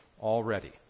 already